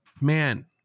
man